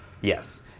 Yes